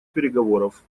переговоров